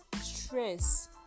stress